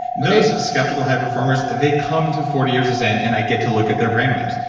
those skeptical high performers, they come to forty years of zen, and i get to look at their brain waves.